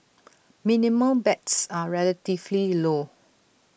minimum bets are relatively low